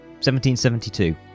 1772